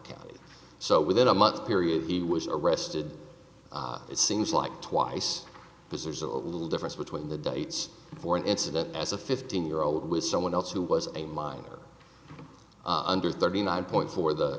t so within a month period he was arrested it seems like twice because there's a little difference between the dates for an incident as a fifteen year old with someone else who was a minor under thirty not points for the